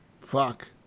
fuck